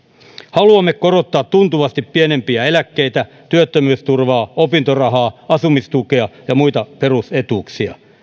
haluamme korottaa tuntuvasti pienimpiä eläkkeitä työttömyysturvaa opintorahaa asumistukea ja muita perusetuuksia